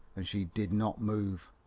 and she did not move.